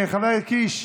חברי הכנסת